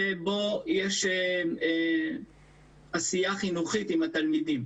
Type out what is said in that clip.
שבהם יש עשייה חינוכית עם התלמידים.